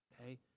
okay